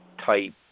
type